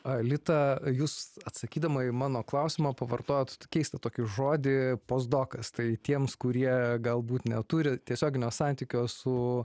aelita jūs atsakydama į mano klausimą pavartojote keistą tokį žodį postdokas tai tiems kurie galbūt neturi tiesioginio santykio su